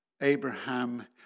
Abraham